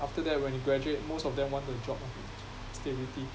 after that when we graduate most of them wanted a job mah stability